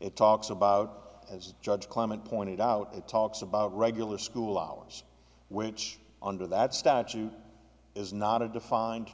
it talks about as judge clement pointed out it talks about regular school hours which under that statute is not a defined